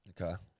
Okay